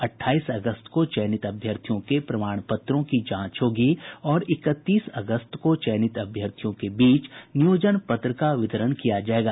अटठाईस अगस्त को चयनित अभ्यर्थियों के प्रमाण पत्रों की जांच होगी और इकतीस अगस्त को चयनित अभ्यर्थियों को बीच नियोजन पत्र का वितरण किया जायेगा